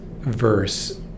verse